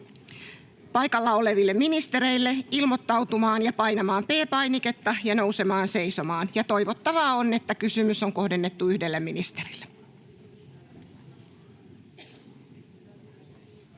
paikalla oleville ministereille, ilmoittautumaan painamalla P-painiketta ja nousemalla seisomaan. Toivottavaa on, että kysymys on kohdennettu yhdelle ministerille.